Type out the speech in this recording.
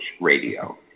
radio